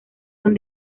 son